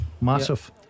Massive